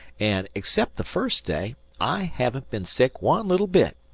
and, except the first day, i haven't been sick one little bit.